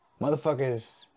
motherfuckers